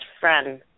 friend